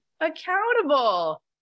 accountable